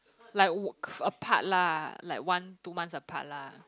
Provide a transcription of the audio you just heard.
like a part lah like one two months a part lah